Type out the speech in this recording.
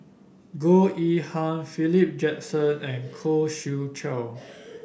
Goh Yihan Philip Jackson and Khoo Swee Chiow